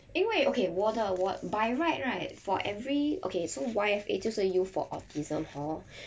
因为 okay 我的我 by right right for every okay so Y_F_A 就是 youths for autism hor